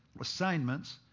assignments